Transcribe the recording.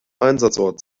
einsatzort